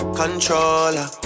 controller